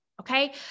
Okay